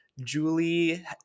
Julie